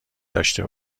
داشته